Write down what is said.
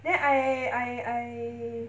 then I I I